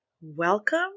welcome